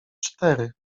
cztery